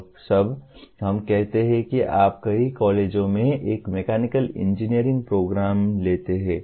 अब सब हम कहते हैं कि आप कई कॉलेजों में एक मैकेनिकल इंजीनियरिंग प्रोग्राम लेते हैं